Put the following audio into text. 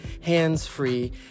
hands-free